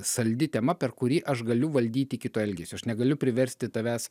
saldi tema per kurį aš galiu valdyti kito elgesio aš negaliu priversti tavęs